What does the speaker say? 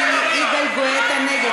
יגאל גואטה, נגד.